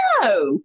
no